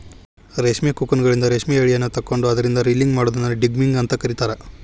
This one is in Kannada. ರೇಷ್ಮಿ ಕೋಕೂನ್ಗಳಿಂದ ರೇಷ್ಮೆ ಯಳಿಗಳನ್ನ ತಕ್ಕೊಂಡು ಅದ್ರಿಂದ ರೇಲಿಂಗ್ ಮಾಡೋದನ್ನ ಡಿಗಮ್ಮಿಂಗ್ ಅಂತ ಕರೇತಾರ